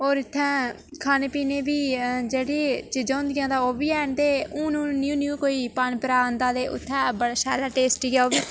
होर इत्थैं खाने पीने बी जेह्ड़ी चीज़ां होंदिया न तां ओह् बी हैन ते हून हून न्यू न्यू कोई पान परांदा ते उत्थै बड़ा शैल ऐ टेस्टी ओह् बी